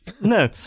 No